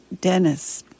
dennis